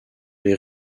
les